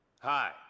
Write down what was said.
Hi